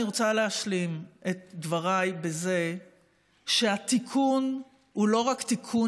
אני רוצה להשלים את דבריי בזה שהתיקון הוא לא תיקון